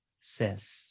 says